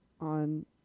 on